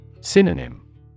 Synonym